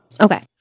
Okay